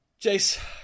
Jace